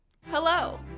Hello